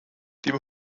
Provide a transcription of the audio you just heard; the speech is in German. dem